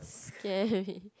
scare me